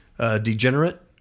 Degenerate